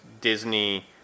Disney